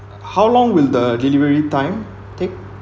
uh how long will the delivery time take